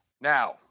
Now